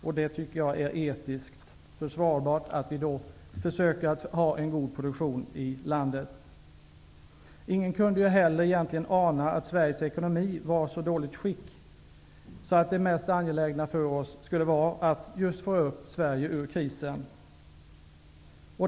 Jag tycker därför att det är etiskt försvarbart att vi försöker ha en god produktion i landet. Ingen kunde ju heller egentligen ana att Sveriges ekonomi var i så dåligt skick att det mest angelägna för oss skulle vara att just få upp Sverige ur krisen.